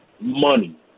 money